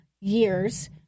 years